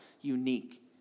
unique